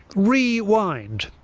rewind.